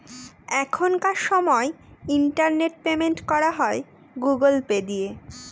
এখনকার সময় internet payment করা হয় গুগুল পে দিয়ে